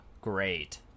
great